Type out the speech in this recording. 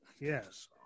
Yes